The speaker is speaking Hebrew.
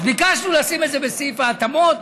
אז ביקשנו לשים את זה בסעיף ההתאמות.